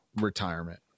retirement